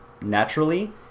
naturally